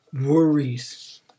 worries